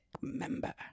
member